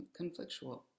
conflictual